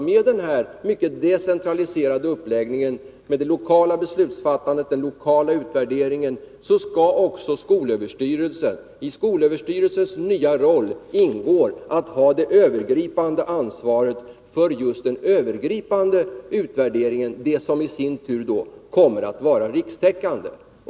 Med denna mycket decentraliserade uppläggning, med det lokala beslutsfattandet och den lokala utvärderingen, är det skolöverstyrelsen som skall ta det övergripande ansvaret för just den övergripande utvärderingen, som i sin tur kommer att vara rikstäckande.